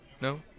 No